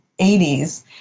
80s